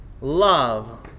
Love